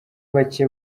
bake